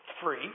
Free